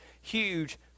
huge